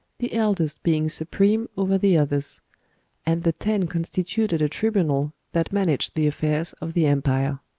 the eldest being supreme over the others and the ten constituted a tribunal that managed the affairs of the empire.